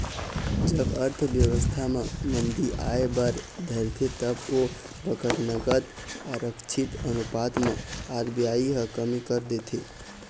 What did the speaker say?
जब अर्थबेवस्था म मंदी आय बर धरथे तब ओ बखत नगद आरक्छित अनुपात म आर.बी.आई ह कमी कर देथे